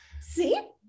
See